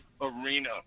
Arena